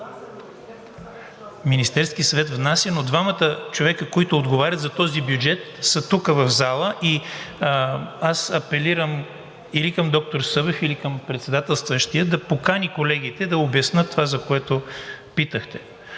Министерският съвет внася, но двамата човека, които отговарят за този бюджет, са тук в зала и аз апелирам или към доктор Събев, или към председателстващия да покани колегите да обяснят това, за което питахте.